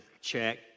Check